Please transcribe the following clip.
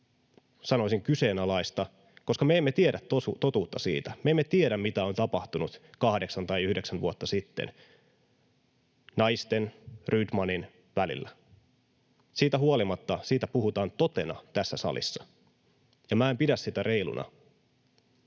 sanoisin, kyseenalaista, koska me emme tiedä totuutta siitä. Me emme tiedä, mitä on tapahtunut kahdeksan tai yhdeksän vuotta sitten naisten ja Rydmanin välillä. Siitä huolimatta siitä puhutaan totena tässä salissa, ja minä en pidä sitä reiluna.